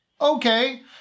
okay